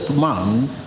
man